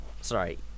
Sorry